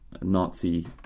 Nazi